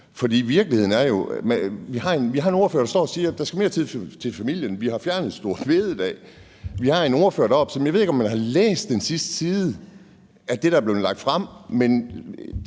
Vi har en ordfører, der står og siger, at der skal være mere tid til familien, men virkeligheden er jo, at man har fjernet store bededag, og vi har en ordfører deroppe, som jeg ikke ved om har læst den sidste side af det, der er blevet lagt frem. Det